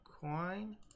coin